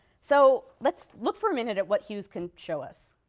so let's look for a minute at what hughes can show us.